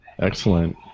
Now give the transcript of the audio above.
Excellent